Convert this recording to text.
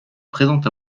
présent